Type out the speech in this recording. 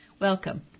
Welcome